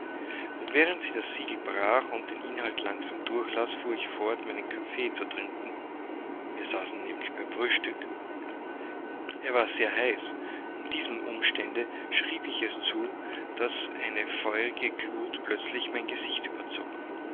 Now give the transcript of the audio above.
und während sie das siegel brach und den inhalt langsam durchlas fuhr ich fort meinen kaffee zu trinken wir saßen nämlich beim frühstück er war sehr heiß und diesem umstande schrieb ich es zu daß eine feurige glut plötzlich mein gesicht überzog